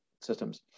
systems